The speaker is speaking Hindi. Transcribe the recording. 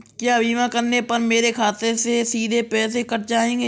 क्या बीमा करने पर मेरे खाते से सीधे पैसे कट जाएंगे?